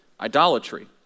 idolatry